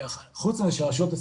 גו'נסון,